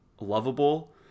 lovable